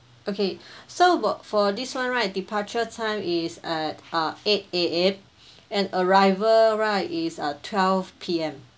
okay so got for this one right departure time is at uh eight A_M and arrival right is uh twelve P_M